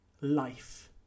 life